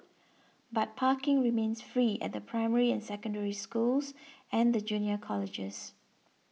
but parking remains free at the primary and Secondary Schools and the junior colleges